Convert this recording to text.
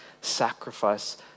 sacrifice